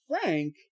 Frank